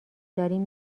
داریم